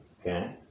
Okay